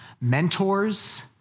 mentors